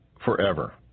forever